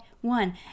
one